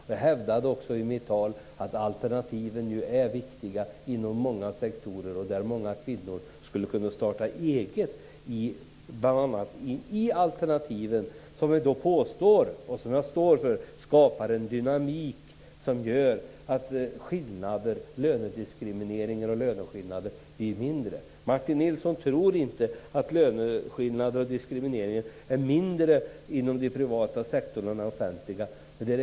Jag hävdade också i mitt anförande att alternativen är viktiga inom många sektorer, där många kvinnor skulle kunna starta eget. Vi påstår att det skapar en dynamik som gör att diskriminering och löneskillnader blir mindre. Martin Nilsson tror inte att löneskillnaderna och diskrimineringen är mindre inom den privata än inom den offentliga sektorn.